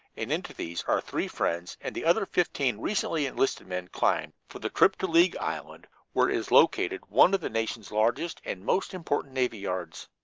and into these our three friends and the other fifteen recently enlisted men climbed, for the trip to league island, where is located one of the nation's largest and most important navy yards.